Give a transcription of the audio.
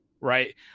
Right